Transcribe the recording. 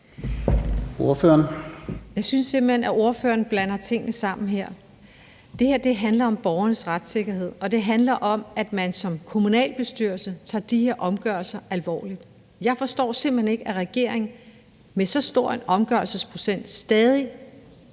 (KF): Jeg synes simpelt hen, at ordføreren blander tingene sammen her. Det her handler om borgernes retssikkerhed, og det handler om, at man som kommunalbestyrelse tager de her omgørelser alvorligt. Jeg forstår simpelt hen ikke, at regeringen med så stor en omgørelsesprocent nu